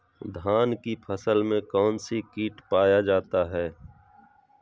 धान की फसल में कौन सी किट पाया जाता है?